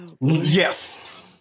Yes